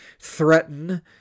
threaten